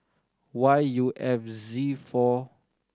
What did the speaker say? Y U F Z four